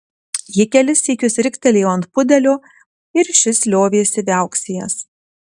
ji kelis sykius riktelėjo ant pudelio ir šis liovėsi viauksėjęs